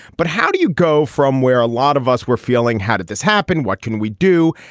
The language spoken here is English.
but how do you go from where a lot of us were feeling how did this happen what can we do.